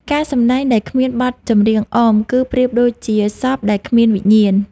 ការសម្ដែងដែលគ្មានបទចម្រៀងអម គឺប្រៀបដូចជាសពដែលគ្មានវិញ្ញាណ។